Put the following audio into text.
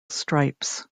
stripes